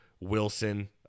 Wilson